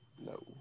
No